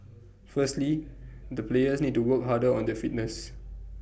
firstly the players need to work harder on their fitness